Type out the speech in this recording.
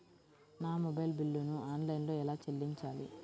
నా మొబైల్ బిల్లును ఆన్లైన్లో ఎలా చెల్లించాలి?